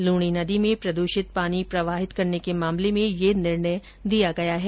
लूणी नदी में प्रदूषित पानी प्रवाहित करने के मामले में ये निर्णय दिया गया है